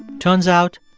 turns out,